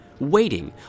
Waiting